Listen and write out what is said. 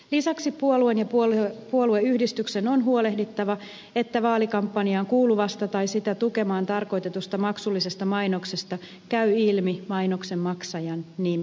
lisäksi puolueen ja puolueyhdistyksen on huolehdittava että vaalikampanjaan kuuluvasta tai sitä tukemaan tarkoitetusta maksullisesta mainoksesta käy ilmi mainoksen maksajan nimi